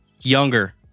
Younger